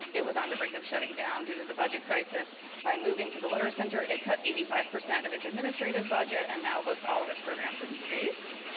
it was on the brink of shutting down due to the budget crisis by moving the literacenter, it cut eighty five percent of its administrative budget and now host all of its programs in space.